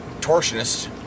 torsionist